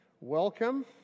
Welcome